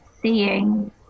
seeing